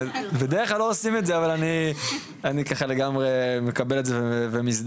בדרך כלל לא עושים את זה אבל אני ככה לגמרי מקבל את זה ומזדהה,